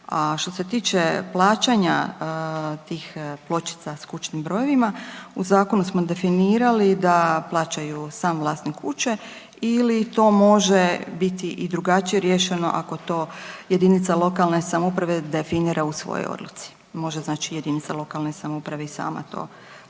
što se tiče plaćanja tih pločica s kućnim brojevima u zakonu smo definirali da plaća ju sam vlasnik kuće ili to može biti i drugačije riješeno ako to JLS definira u svojoj odluci, može znači JLS i sama to platiti